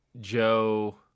Joe